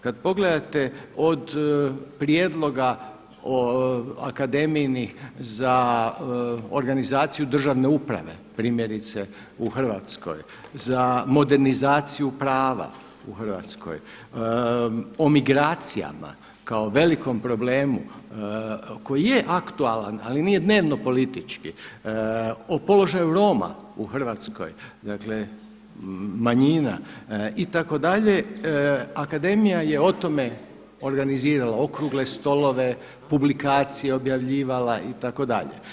Kad pogledate od prijedloga akademijinih za organizaciju državne uprave primjerice u Hrvatskoj, za modernizaciju prava u Hrvatskoj, o migracijama kao velikom problemu koji je aktualan ali nije dnevno politički, o položaju Roma u Hrvatskoj, manjina itd. akademija je o tome organizirala okrugle stolove, publikacije objavljivala itd.